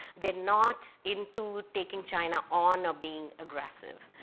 they're not into taking china on or being aggressive.